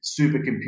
supercomputer